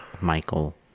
Michael